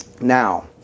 Now